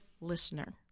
listener